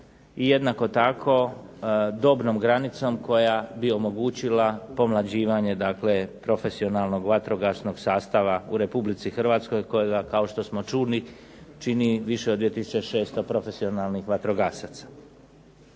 jednako tako dobnom granicom koja bi omogućila pomlađivanje profesionalnog vatrogasnog sastava u Republici Hrvatskoj kojega kao što smo čuli čini više od 2 tisuće 600 profesionalnih vatrogasaca.